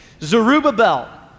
Zerubbabel